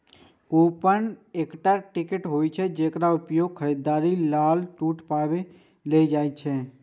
coupon एकटा ticket होइ छै, जेकर उपयोग खरीदारी काल छूट पाबै लेल कैल जाइ छै